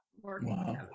Wow